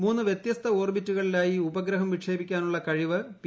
മൂന്ന് വ്യത്യസ്ത ഓർബിറ്റുകളിലായി ഉപഗ്രഹം വിക്ഷേപിക്കാനുള്ള കഴിവ് പി